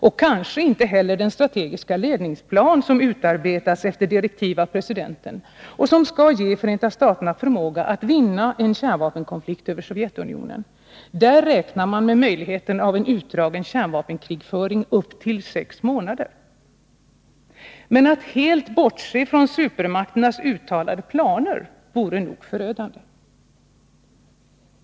Och kanske inte heller den strategiska ledningsplan som utarbetats efter direktiv av presidenten och som skall ge Förenta staterna förmågan att vinna en kärnvapenkonflikt över Sovjetunionen. Där räknar man med möjligheten av en utdragen kärnvapenkrigföring upp till sex månader. Men att helt bortse från supermakternas uttalade planer vore nog förödande.